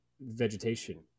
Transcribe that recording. vegetation